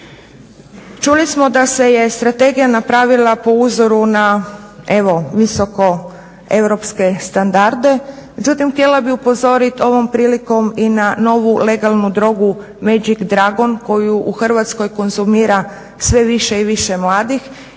Čuli smo da se je strategija napravila po uzoru na, evo visoko Europske standarde, međutim htjela bih upozorit ovom prilikom i na novu legalnu drogu magic dragon koju u Hrvatskoj konzumira sve više i više mladih